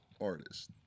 artist